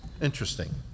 Interesting